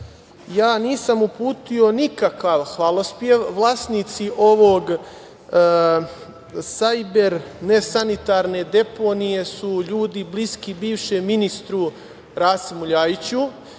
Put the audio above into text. nisam uputio nikakav hvalospev. Vlasnici ove sajber nesanitarne deponije su ljudi bliski bivšem ministru Rasimu Ljajiću